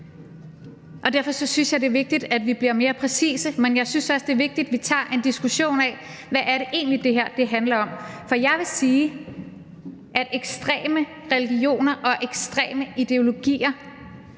og derfor synes jeg, det er vigtigt, at vi bliver mere præcise. Men jeg synes også, det er vigtigt, at vi tager en diskussion af, hvad det her egentlig handler om, for jeg vil sige, at ekstreme religioner og ekstreme ideologer